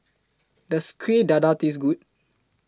Does Kuih Dadar Taste Good